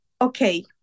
okay